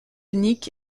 nick